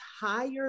higher